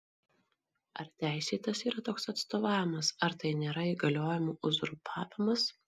ar teisėtas yra toks atstovavimas ar tai nėra įgaliojimų uzurpavimas